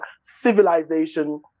civilization